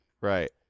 right